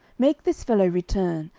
make this fellow return,